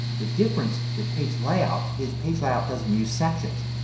the difference with page layout is page layout doesn't use sections.